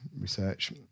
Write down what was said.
research